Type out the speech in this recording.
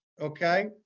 Okay